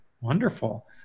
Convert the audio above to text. Wonderful